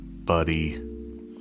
buddy